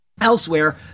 Elsewhere